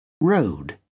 road